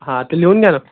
हा ते लिहून घ्या ना